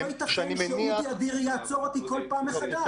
--- לא ייתכן שאודי אדירי יעצור אותי כל פעם מחדש.